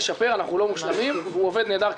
לשפר אנחנו לא מושלמים אבל הוא עובד נהדר,